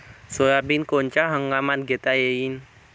Soybean कोनच्या हंगामात घेता येईन?